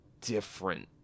different